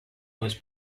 was